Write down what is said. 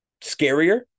scarier